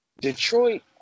Detroit